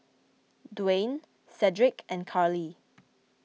Dwaine Sedrick and Carleigh